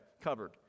covered